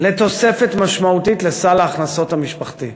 לתוספת משמעותית לסל ההכנסות המשפחתי.